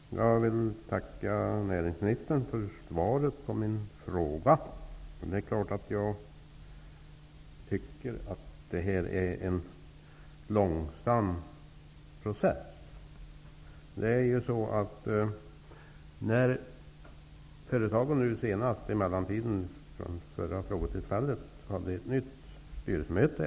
Herr talman! Jag vill tacka näringsministern för svaret på min fråga. Jag tycker att det här är en långsam process. Sedan det förra frågetillfället har företaget haft ett nytt styrelsemöte.